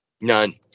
None